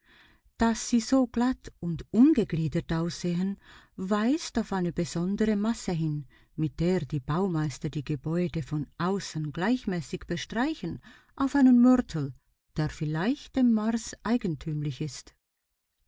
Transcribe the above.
daß sie so glatt und ungegliedert aussehen weist auf eine besondere masse hin mit der die baumeister die gebäude von außen gleichmäßig bestreichen auf einen mörtel der vielleicht dem mars eigentümlich ist